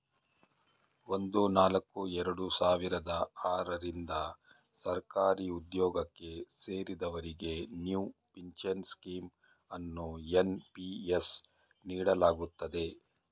ಒಂದು ನಾಲ್ಕು ಎರಡು ಸಾವಿರದ ಆರ ರಿಂದ ಸರ್ಕಾರಿಉದ್ಯೋಗಕ್ಕೆ ಸೇರಿದವರಿಗೆ ನ್ಯೂ ಪಿಂಚನ್ ಸ್ಕೀಂ ಅನ್ನು ಎನ್.ಪಿ.ಎಸ್ ನೀಡಲಾಗುತ್ತದೆ